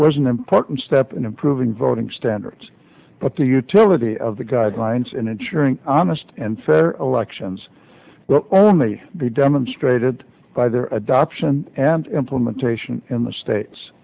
an important step in improving voting standards but the utility of the guidelines in ensuring honest and fair elections were only be demonstrated by the adoption and implementation in the states